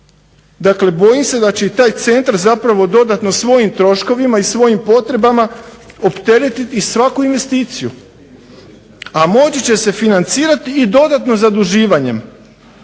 Dakle, bojim se da će i taj centar zapravo dodatno svojim troškovima i svojim potrebama opteretiti i svaku investiciju, a moći će se financirati i dodatno zaduživanjem